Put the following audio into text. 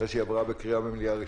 אחרי שהיא עברה בקריאה ראשונה במליאה.